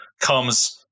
comes